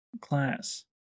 class